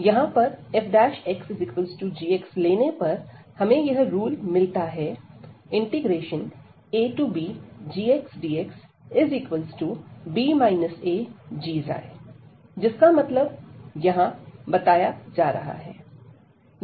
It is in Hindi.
यहां पर fxg लेने पर हमें यह रूल मिलता है abgxdxb agξ है जिसका मतलब यहां बताया जा रहा है